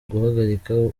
guhagarika